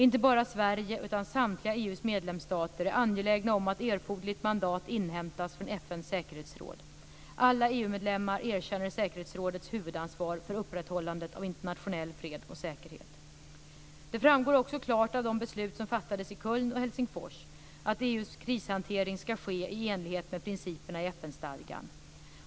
Inte bara Sverige utan samtliga EU:s medlemsstater är angelägna om att erforderligt mandat inhämtas från FN:s säkerhetsråd. Alla EU-medlemmar erkänner säkerhetsrådets huvudansvar för upprätthållandet av internationell fred och säkerhet. Det framgår också klart av de beslut som fattades i Köln och Helsingfors att EU:s krishantering ska ske i enlighet med principerna i FN-stadgan.